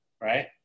right